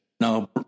now